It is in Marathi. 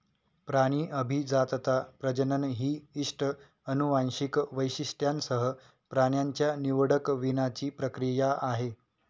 प्राणी अभिजातता, प्रजनन ही इष्ट अनुवांशिक वैशिष्ट्यांसह प्राण्यांच्या निवडक वीणाची प्रक्रिया आहे